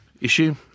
issue